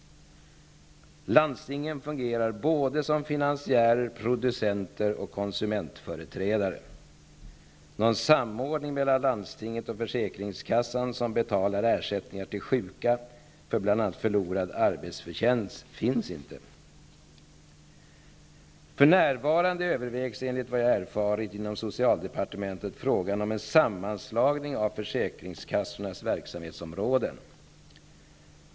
Landstingen fungerar såväl som finansiärer och producenter som konsumentföreträdare. Någon samordning mellan landstinget och försäkringskassan, som betalar ersättningar till sjuka för bl.a. förlorad arbetsförtjänst, finns inte. För närvarande övervägs inom socialdepartementet, enligt vad jag har erfarit, frågan om en sammanslagning av försäkringskassornas verksamhetsområden.